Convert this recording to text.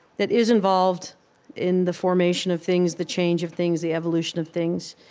that is involved in the formation of things, the change of things, the evolution of things,